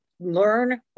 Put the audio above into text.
learn